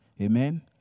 Amen